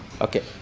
Okay